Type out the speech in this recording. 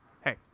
Hey